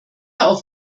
auf